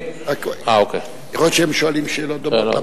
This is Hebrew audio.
יכול להיות שהם שואלים שאלות דומות,